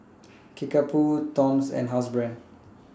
Kickapoo Toms and Housebrand